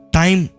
time